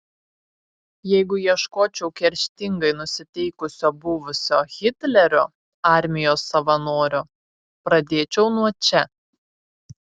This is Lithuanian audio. jeigu ieškočiau kerštingai nusiteikusio buvusio hitlerio armijos savanorio pradėčiau nuo čia